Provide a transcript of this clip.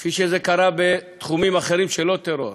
כפי שזה קרה בתחומים אחרים שהם לא טרור: